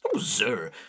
sir